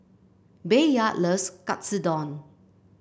Bayard loves Katsudon